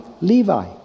Levi